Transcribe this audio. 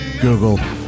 Google